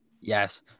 Yes